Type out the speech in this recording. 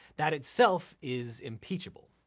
that itself is impeachable,